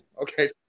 okay